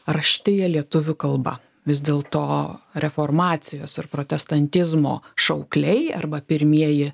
raštiją lietuvių kalba vis dėl to reformacijos ir protestantizmo šaukliai arba pirmieji